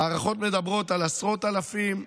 ההערכות מדברות על עשרות אלפים,